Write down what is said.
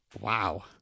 Wow